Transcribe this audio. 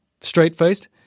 straight-faced